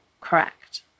Correct